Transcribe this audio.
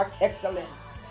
excellence